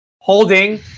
holding